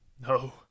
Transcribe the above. No